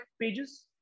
pages